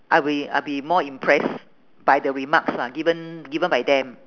I'll be I'll be more impress by the remarks lah given given by them